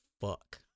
fuck